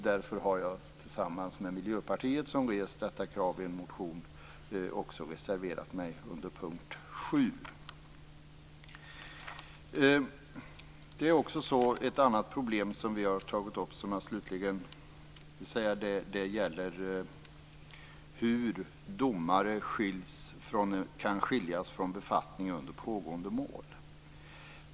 Därför har jag tillsammans med Miljöpartiet, som rest detta krav i en motion, reserverat mig under punkt 7. Ett annat problem som vi har tagit upp är hur domare kan skiljas från befattning under pågående mål.